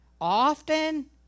Often